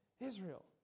Israel